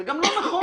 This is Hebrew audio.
זה גם לא נכון.